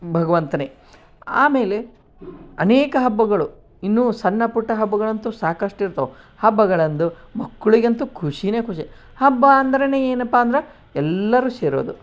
ಭಗವಂತನೇ ಆಮೇಲೆ ಅನೇಕ ಹಬ್ಬಗಳು ಇನ್ನೂ ಸಣ್ಣ ಪುಟ್ಟ ಹಬ್ಬಗಳಂತೂ ಸಾಕಷ್ಟಿರ್ತಾವೆ ಹಬ್ಬಗಳಂದು ಮಕ್ಳಿಗಂತೂ ಖುಷಿನೇ ಖುಷಿ ಹಬ್ಬ ಅಂದ್ರೆನೇ ಏನಪ್ಪಾ ಅಂದ್ರೆ ಎಲ್ಲರೂ ಸೇರೋದು